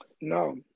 No